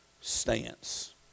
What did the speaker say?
stance